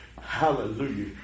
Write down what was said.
hallelujah